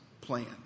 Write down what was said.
plan